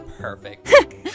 perfect